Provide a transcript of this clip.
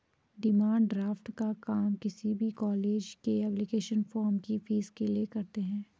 demand draft का काम किसी भी कॉलेज के एप्लीकेशन फॉर्म की फीस के लिए करते है